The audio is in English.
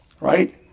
Right